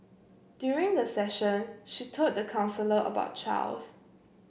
during the session she told the counsellor about Charles